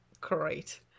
Great